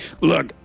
look